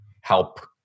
help